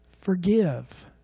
forgive